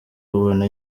ubona